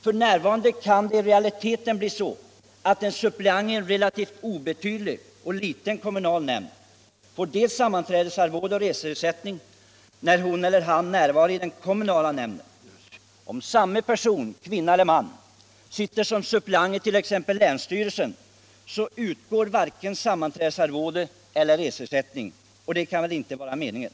F.n. kan det i realiteten bli så att en suppleant i en relativt obetydlig och liten kommunal nämnd får sammanträdesarvode och reseersättning när hon eller han är närvarande i den kommunala nämnden. Om samma person, kvinna eller man, sitter som suppleant i t.ex. länsstyrelsen utgår varken sammanträdesarvode eller reseersättning, och det kan väl icke vara meningen.